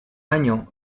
año